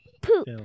Poop